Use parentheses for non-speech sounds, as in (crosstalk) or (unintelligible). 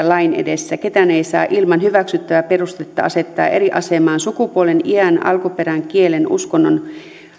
(unintelligible) lain edessä ketään ei saa ilman hyväksyttävää perustetta asettaa eri asemaan sukupuolen iän alkuperän kielen uskonnon